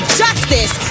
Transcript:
justice